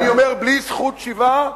אני אומר בלי זכות שיבה,